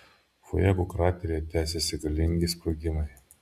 fuego krateryje tęsiasi galingi sprogimai